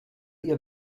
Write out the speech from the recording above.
ihr